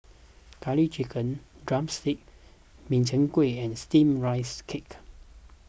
Curry Chicken Drumstick Min Chiang Kueh and Steamed Rice Cake